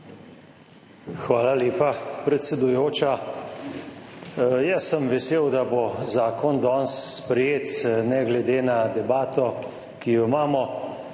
Hvala lepa predsedujoča. Jaz sem vesel, da bo zakon danes sprejet, ne glede na debato, ki jo imamo.